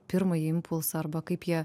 pirmąjį impulsą arba kaip jie